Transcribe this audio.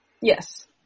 Yes